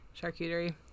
charcuterie